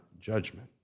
judgment